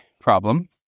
problem